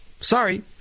Sorry